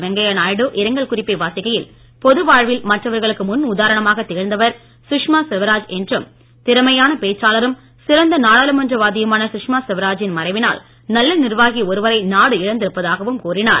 வெங்கைய நாயுடு இரங்கள் குறிப்பை வாசிக்கையில் பொதுவாழ்வில் மற்றவர்களுக்கு முன் உதாரணமாக திகழ்ந்தவர் சுஷ்மா சிவராஜ் என்றும் திறமையான பேச்சாளரும் சிறந்த நாடாளுமன்ற வாதியுமான சுஷ்மா சிவராஜின் மறைவினால் நல்ல நிர்வாகி ஒருவரை நாடு இழந்திருப்பதாகவும் கூறினார்